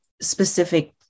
specific